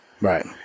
Right